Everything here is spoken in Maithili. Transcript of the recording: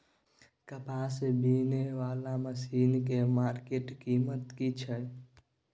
कपास बीनने वाला मसीन के मार्केट कीमत की छै?